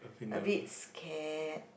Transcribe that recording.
a bit scared